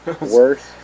worse